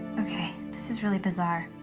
ok. this is really bizarre.